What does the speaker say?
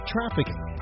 Trafficking